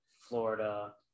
Florida